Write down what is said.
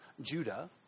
Judah